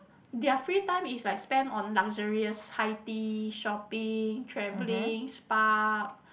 their free time is like spend on luxurious high tea shopping travelling spa